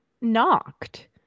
knocked